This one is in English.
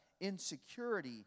insecurity